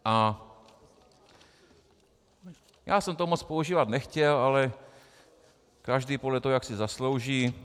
A já jsem to moc používat nechtěl, ale každý podle toho, jak si zaslouží.